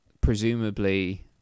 presumably